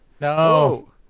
No